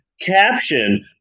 caption